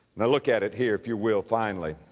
now look at it here if you will, finally,